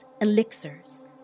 elixirs